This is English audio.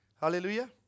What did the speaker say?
hallelujah